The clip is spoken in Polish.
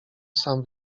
sam